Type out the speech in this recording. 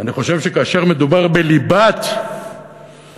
ואני חושב שכאשר מדובר בליבת התוכנית,